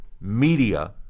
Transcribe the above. media